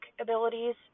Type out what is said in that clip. abilities